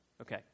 okay